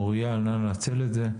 מוריה, נא לנצל את זה.